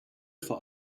vor